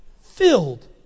filled